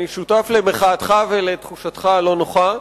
אני שותף למחאתך ולתחושתך הלא-נוחה.